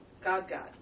God-God